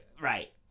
right